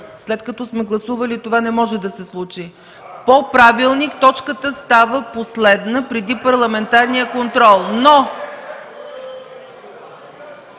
След като сме гласували, това не може да се случи. По правилник точката става последна преди парламентарния контрол. (Шум